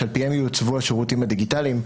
שעל פיהם יעוצבו השירותים הדיגיטליים.